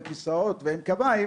עם כסאות ועם קביים,